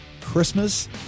Christmas